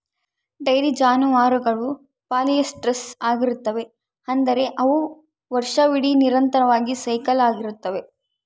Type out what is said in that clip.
dairy ಜಾನುವಾರುಗಳು polyestrous ಆಗಿರುತ್ತವೆ, ಅಂದರೆ ಅವು ವರ್ಷವಿಡೀ ನಿರಂತರವಾಗಿ ಸೈಕಲ್ ಆಗುತ್ತವೆ